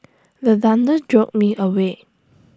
the thunder jolt me awake